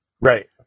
Right